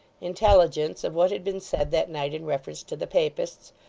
intelligence of what had been said that night in reference to the papists,